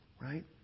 right